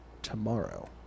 Tomorrow